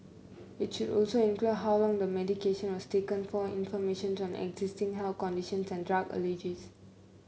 it should also include how long the medication was taken for information on existing health conditions and drug allergies